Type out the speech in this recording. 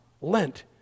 Lent